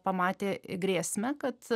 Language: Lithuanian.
pamatė grėsmę kad